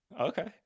Okay